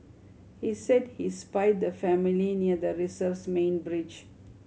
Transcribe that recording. he said he spied the family near the reserve's main bridge